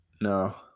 No